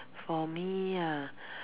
for me ah